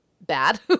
bad